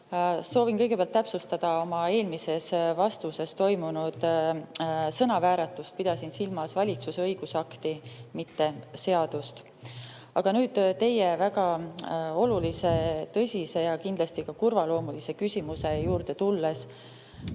Soovin kõigepealt täpsustada oma eelmises vastuses toimunud sõnavääratust: pidasin silmas valitsuse õigusakti, mitte seadust. Aga nüüd tulen teie väga olulise, tõsise ja kindlasti ka kurvaloomulise küsimuse juurde.